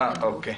אה, אוקיי.